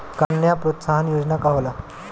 कन्या प्रोत्साहन योजना का होला?